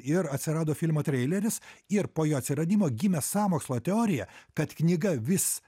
ir atsirado filmo treileris ir po jo atsiradimo gimė sąmokslo teorija kad knyga vis